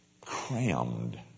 crammed